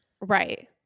Right